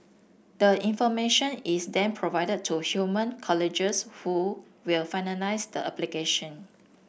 the information is then provided to human colleagues who will finalise the application